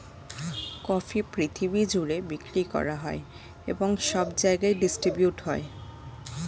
coffee পৃথিবী জুড়ে বিক্রি করা হয় এবং সব জায়গায় ডিস্ট্রিবিউট হয়